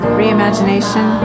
re-imagination